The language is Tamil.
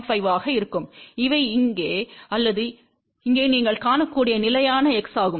5 ஆக இருக்கும் இவை இங்கே அல்லது இங்கே நீங்கள் காணக்கூடிய நிலையான x ஆகும்